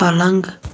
پلنٛگ